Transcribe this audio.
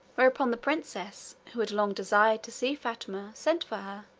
whereupon the princess, who had long desired to see fatima, sent for her.